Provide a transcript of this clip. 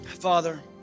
Father